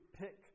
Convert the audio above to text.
pick